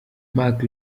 marc